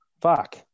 Fuck